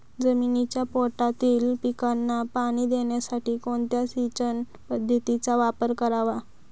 जमिनीच्या पोटातील पिकांना पाणी देण्यासाठी कोणत्या सिंचन पद्धतीचा वापर करावा?